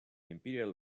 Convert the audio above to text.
imperial